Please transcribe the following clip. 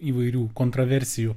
įvairių kontroversijų